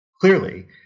clearly